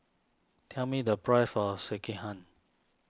tell me the price of Sekihan